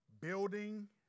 building